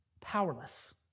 powerless